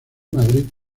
madrid